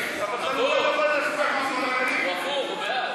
אבל, הפוך, הוא בעד.